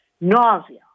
nausea